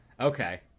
Okay